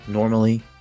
Normally